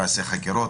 לא יעשה חקירות,